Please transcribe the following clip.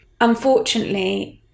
unfortunately